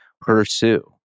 pursue